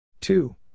Two